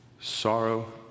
Sorrow